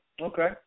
Okay